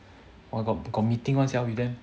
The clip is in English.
!wah! got meeting one sia with them